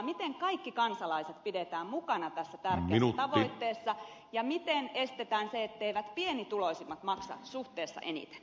miten kaikki kansalaiset pidetään mukana tässä tärkeässä tavoitteessa ja miten estetään se etteivät pienituloisimmat maksa suhteessa eniten